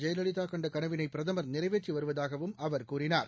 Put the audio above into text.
ஜெயலலிதாகண்டகனவினைபிரதமர் நிறைவேற்றிவருவதாகவும் அவர் கூறினார்